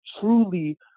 truly